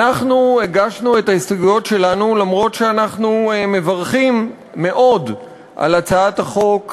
אנחנו הגשנו את ההסתייגויות שלנו אף שאנחנו מברכים מאוד על הצעת החוק,